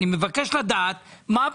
אני מבקש לדעת מה הפטורים.